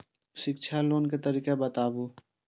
शिक्षा लोन के तरीका बताबू?